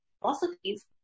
philosophies